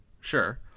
sure